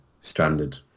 stranded